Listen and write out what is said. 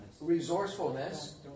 Resourcefulness